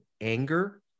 anger